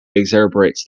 exacerbates